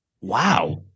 Wow